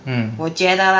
hmm